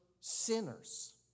sinners